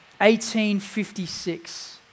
1856